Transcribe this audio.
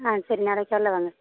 ஆ சரி நாளைக்கி காலையில வாங்க